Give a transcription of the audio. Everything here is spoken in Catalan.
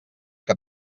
que